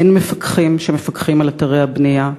אין מפקחים שמפקחים על אתרי הבנייה,